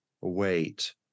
wait